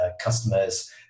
Customers